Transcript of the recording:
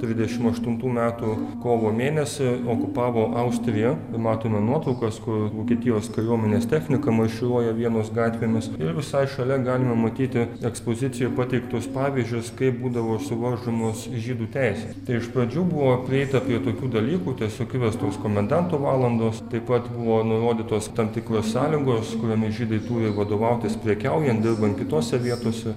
trisdešimt aštuntų metų kovo mėnesį okupavo austriją nu matome nuotraukas kur vokietijos kariuomenės technika marširuoja vienos gatvėmis ir visai šalia galime matyti ekspozicijoj pateiktus pavyzdžius kaip būdavo suvaržomos žydų teisės tai iš pradžių buvo prieita prie tokių dalykų tiesiog įvestos komendanto valandos taip pat buvo nurodytos tam tikros sąlygos kuriomis žydai turi vadovautis prekiaujant dirbant kitose vietose